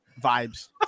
Vibes